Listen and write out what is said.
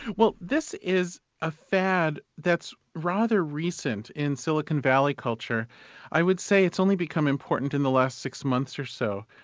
well, this is a fad that's rather recent in silicon valley culture i would say it's only become important in the last six months or so.